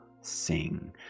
sing